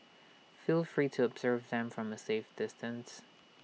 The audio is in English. feel free to observe them from A safe distance